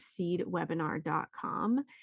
seedwebinar.com